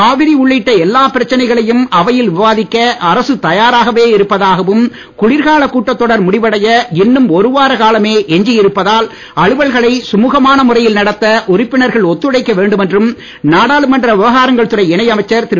காவிரி உள்ளிட்ட எல்லாப் பிரச்சனைகளையும் அவையில் விவாதிக்க அரசு தயாராகவே இருப்பதாகவும் குளிர்கால கூட்டத்தொடர் முடிவடைய இன்னும் ஒருவார காலமே எஞ்சியிருப்பதால் அலுவல்களை சுமுகமான முறையில் நடத்த உறுப்பினர்கள் ஒத்துழைக்க வேண்டும் என்றும் நாடாளுமன்ற விவகாரங்கள் துறை இணை அமைச்சர் திரு